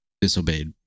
disobeyed